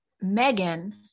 Megan